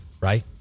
right